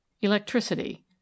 Electricity